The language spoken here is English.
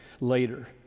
later